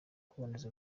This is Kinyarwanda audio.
kuboneza